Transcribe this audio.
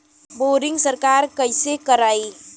Boring सरकार कईसे करायी?